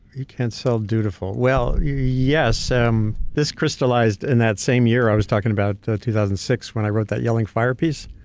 you can't sell dutiful. well, yes. um this crystallized in that same year i was talking about, two thousand and six, when i wrote that yelling fire piece.